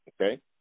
Okay